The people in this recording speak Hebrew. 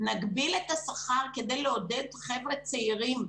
נגביל את השכר כדי לעודד חבר'ה צעירים.